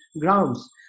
grounds